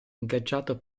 ingaggiato